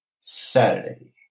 Saturday